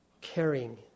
caring